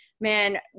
man